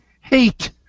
Hate